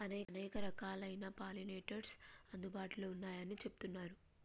అనేక రకాలైన పాలినేటర్స్ అందుబాటులో ఉన్నయ్యని చెబుతున్నరు